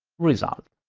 result.